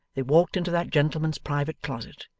they walked into that gentleman's private closet,